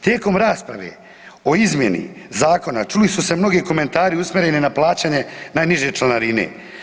Tijekom rasprave o izmjeni Zakona čuli su se mnogi komentari usmjereni na plaćanje najniže članarine.